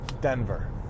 Denver